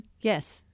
Yes